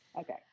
Okay